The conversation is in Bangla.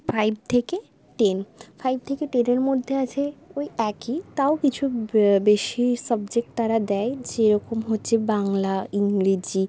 ফাইভ থেকে টেন ফাইভ থেকে টেনের মধ্যে আছে ওই একই তাও কিছু বেশি সাবজেক্ট তারা দেয় যেরকম হচ্ছে বাংলা ইংরেজি